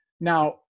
Now